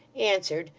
answered,